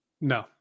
No